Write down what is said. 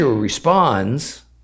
responds